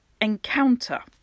encounter